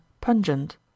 pungent